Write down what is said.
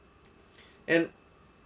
and